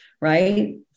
right